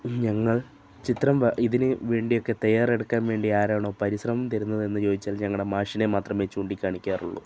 ഞങ്ങൾ ചിത്രം ഇതിന് വേണ്ടിയൊക്കെ തയ്യാറെടുക്കാൻ വേണ്ടിയാരാണോ പരിശ്രമം തരുന്നതെന്നു ചോദിച്ചാൽ ഞങ്ങളുടെ മാഷിനെ മാത്രമേ ചൂണ്ടികാണിക്കാറുള്ളൂ